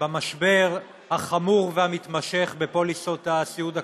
במשבר החמור והמתמשך בפוליסות הסיעוד הקבוצתיות.